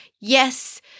Yes